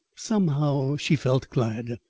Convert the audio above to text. somehow she felt glad.